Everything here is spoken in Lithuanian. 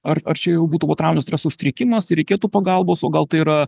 ar ar čia jau būtų potrauminio streso sutrikimas ir reikėtų pagalbos o gal tai yra